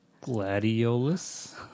Gladiolus